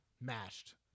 mashed